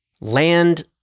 land